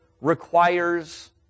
requires